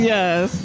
Yes